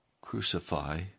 crucify